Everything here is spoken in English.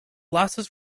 losses